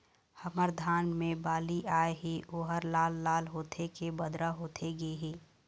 हमर धान मे बाली आए हे ओहर लाल लाल होथे के बदरा होथे गे हे?